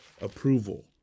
approval